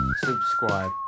subscribe